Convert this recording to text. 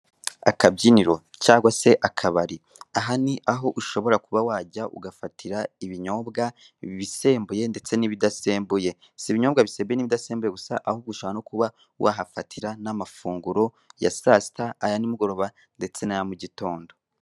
Akabyiniro cyangwa se akabari aha ni aho ushobora kuba wajya ugafatira ibinyobwa bisembuye n'ibidasembuye si ibinyoobwa bisembuye n'ibidasembuye gusa ahubwo ushobora no kuba wahafatira n'amafunguro ya sasita, aya nimugoroba ndetse naya mu gitondo.